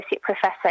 professor